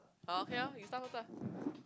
ah okay orh you start first ah